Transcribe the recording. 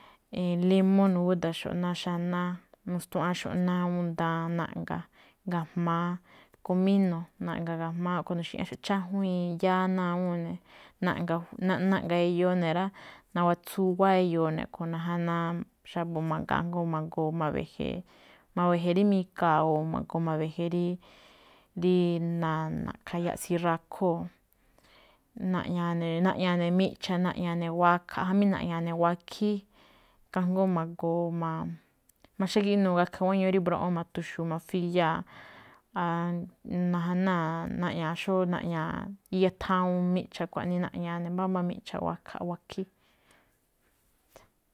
Lemo nagúdaxó̱ꞌ ná xanáá, nu̱stuaꞌánxo̱ꞌ ná awúun naꞌga, ga̱jma̱á komíno̱ naꞌga̱ ga̱jma̱á. A̱ꞌkhue̱n nuxi̱ꞌñáxo̱ꞌ chájuíin yáá ná awúun ne̱, naꞌ-naꞌga̱ eyoo ne̱ rá, nawatsuwáá eyoo ne̱. A̱ꞌkhue̱n najanáá xa̱bo̱ magaan jngó ma̱goo ma̱we̱je̱, ma̱we̱je̱ rí mikaa̱ o ma̱goo ma̱we̱je̱ rí, rí nan- na̱ꞌkha̱ yaꞌsi rakhóo̱, naꞌñan- na̱ꞌñan ne̱ micha̱, na̱ꞌñan ne̱ wakha̱, jamí na̱ꞌñan ne̱ wakhíí, kajngó ma̱goo, ma- ma̱xágíꞌnuu̱ gakhe̱ guéño rí mbroꞌon ma̱tu̱xu̱u̱ mafiyáa̱, aann, najanáa̱ naꞌña̱a̱ xóó. Naꞌña̱a̱ xó iya thawuun miꞌcha̱. Xkuaꞌnii naꞌña̱a̱ mbámbá mi̱cha̱, wakha̱, wakhíí.